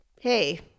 hey